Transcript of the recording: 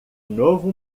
novo